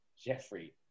Jeffrey